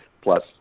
Plus